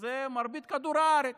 וזה מרבית כדור הארץ.